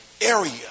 area